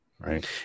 Right